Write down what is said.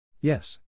Yes